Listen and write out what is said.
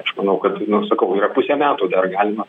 aš manau kad sakau yra pusę metų dar galima